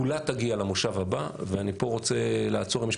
כולה תגיע למושב הבא ואני פה רוצה לעצור אם יש